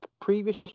previous